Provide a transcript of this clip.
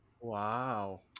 wow